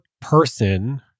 person